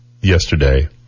yesterday